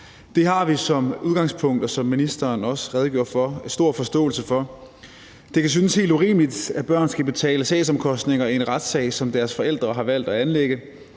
Det har vi som udgangspunkt, som ministeren også redegjorde for, stor forståelse for. Det kan synes helt urimeligt, at børn skal betale sagsomkostninger i en retssag, som deres forældre har valgt at anlægge,